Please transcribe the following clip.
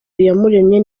iyamuremye